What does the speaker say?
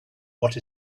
what